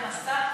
המסך,